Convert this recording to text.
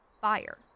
fire